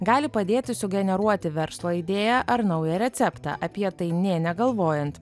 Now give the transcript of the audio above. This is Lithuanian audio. gali padėti sugeneruoti verslo idėją ar naują receptą apie tai nė negalvojant